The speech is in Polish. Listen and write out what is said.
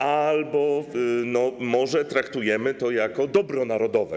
A może traktujemy to jako dobro narodowe?